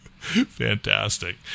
Fantastic